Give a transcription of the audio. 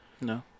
no